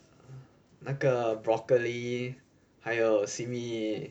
那个 broccoli 还有 seaweed